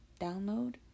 download